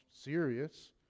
serious